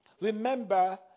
remember